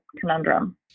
conundrum